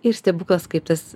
ir stebuklas kaip tas